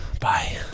Bye